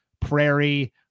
Prairie